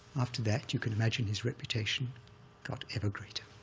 after that, you can imagine his reputation got ever greater.